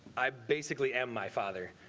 i basically am my father.